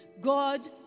God